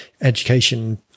education